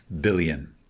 billion